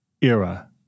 era